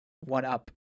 one-up